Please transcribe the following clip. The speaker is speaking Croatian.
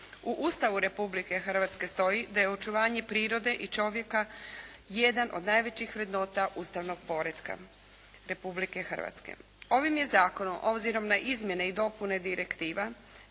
U Ustavu Republike Hrvatske stoji da je očuvanje prirode i čovjeka jedna od najvećih vrednota ustavnog poretka Republike Hrvatske. Ovim je zakonom obzirom na izmjene i dopune direktiva